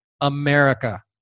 america